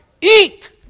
eat